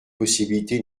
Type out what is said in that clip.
possibilités